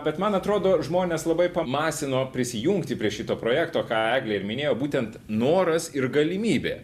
bet man atrodo žmonės labai masino prisijungti prie šito projekto ką eglė ir minėjo būtent noras ir galimybė